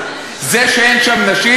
זה שאין שם נשים,